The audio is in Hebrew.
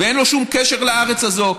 ואין לו שום קשר לארץ הזאת,